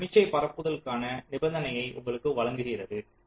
இது சமிக்ஞை பரப்புதலுக்கான நிபந்தனையை உங்களுக்கு வழங்குகிறது